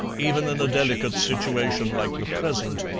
even in a delicate situation like the present,